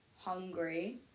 hungry